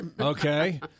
Okay